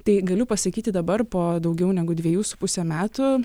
tai galiu pasakyti dabar po daugiau negu dviejų su puse metų